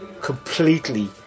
completely